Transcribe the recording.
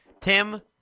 Tim